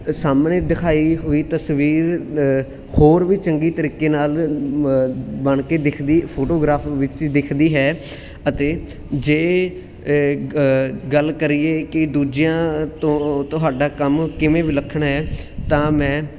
ਸਾਹਮਣੇ ਦਿਖਾਈ ਹੋਈ ਤਸਵੀਰ ਹੋਰ ਵੀ ਚੰਗੀ ਤਰੀਕੇ ਨਾਲ ਬਣ ਕੇ ਦਿਖਦੀ ਫੋਟੋਗਰਾਫ ਵਿੱਚ ਦਿਖਦੀ ਹੈ ਅਤੇ ਜੇ ਗੱਲ ਕਰੀਏ ਕਿ ਦੂਜਿਆਂ ਤੋਂ ਤੁਹਾਡਾ ਕੰਮ ਕਿਵੇਂ ਵਿਲੱਖਣ ਹੈ ਤਾਂ ਮੈਂ